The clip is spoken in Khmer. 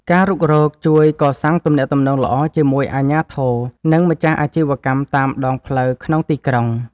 ការរុករកជួយកសាងទំនាក់ទំនងល្អជាមួយអាជ្ញាធរ និងម្ចាស់អាជីវកម្មតាមដងផ្លូវក្នុងទីក្រុង។